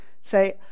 say